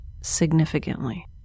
significantly